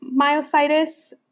myositis